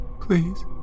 Please